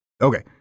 okay